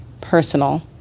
personal